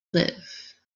live